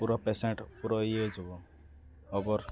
ପୁରା ପେସେଣ୍ଟ୍ ପୁରା ଇଏ ଯିବ ଅବର୍